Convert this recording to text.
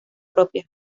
propia